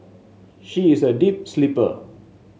she is a deep sleeper